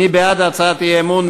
מי בעד הצעת האי-אמון?